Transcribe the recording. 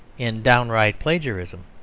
in downright plagiarism.